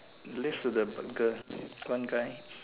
next to the girl one guy